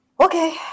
Okay